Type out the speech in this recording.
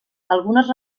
algunes